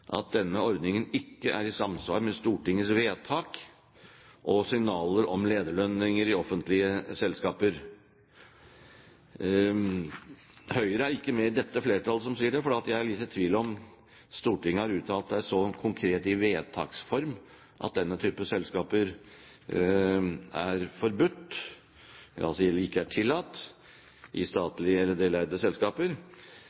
at denne ordningen «ikke er i samsvar med Stortingets vedtak og signaler om lederlønninger i offentlige selskaper». Høyre er ikke med i det flertallet som sier dette, fordi jeg er litt i tvil om Stortinget har uttalt seg så konkret i vedtaks form at denne type selskaper ikke er tillatt i statlig heleide eller deleide selskaper. Det som iallfall er